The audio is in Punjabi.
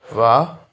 ਵਾਹ